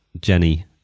Jenny